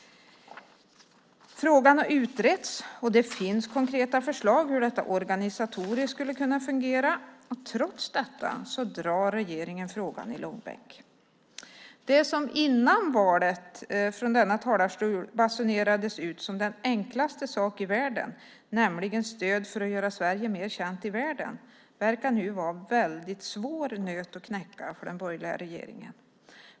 Frågan har utretts och det finns konkreta förslag hur detta organisatoriskt skulle kunna fungera. Trots detta drar regeringen frågan i långbänk. Det som innan valet basunerades ut från denna talarstol som den enklaste sak i världen, nämligen stöd för att göra Sverige mer känt i världen, verkar nu vara en svår nöt för den borgerliga regeringen att knäcka.